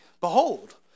behold